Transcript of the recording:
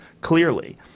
clearly